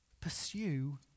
Pursue